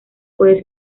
puede